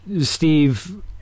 Steve